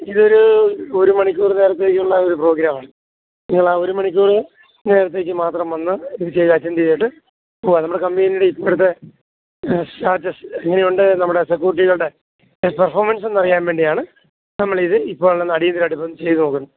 ഇതൊരു ഒരു മണിക്കൂർ നേരത്തേക്കുള്ള ഒരു പ്രോഗ്രാമാണ് നിങ്ങളാ ഒരു മണിക്കൂര് നേരത്തേക്കു മാത്രം വന്ന് മീറ്റിങ്ങ് അറ്റെൻഡ് ചെയ്തിട്ട് പോവാം നമ്മുടെ കമ്പനീൻ്റെ ഇപ്പോഴത്തെ സ്റ്റാറ്റസ് എങ്ങനെ ഉണ്ട് നമ്മുടെ സെക്കൂരിറ്റികളുടെ പെർഫോമൻസെന്നറിയാൻ വേണ്ടിയാണ് നമ്മളിത് ഇപ്പോഴുള്ള അടിയന്തരമായിട്ട് ചെയ്തുനോക്കുന്നത്